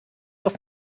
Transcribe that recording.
auf